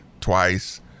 twice